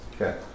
Okay